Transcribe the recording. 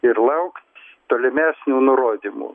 ir laukt tolimesnių nurodymų